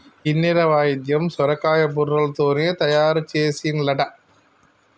కిన్నెర వాయిద్యం సొరకాయ బుర్రలతోనే తయారు చేసిన్లట